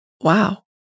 wow